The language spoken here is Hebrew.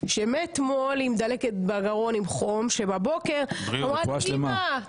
שמאתמול היא עם דלקת בגרון ויש לה חום ובבוקר אמרה: אימא,